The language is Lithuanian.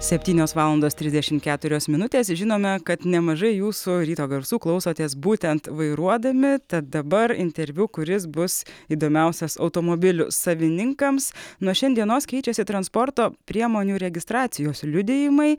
septynios valandos trisdešimt keturios minutės žinome kad nemažai jūsų ryto garsų klausotės būtent vairuodami tad dabar interviu kuris bus įdomiausias automobilių savininkams nuo šiandienos keičiasi transporto priemonių registracijos liudijimai